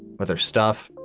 with her stuff,